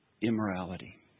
Immorality